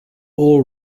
all